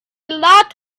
lot